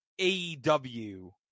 AEW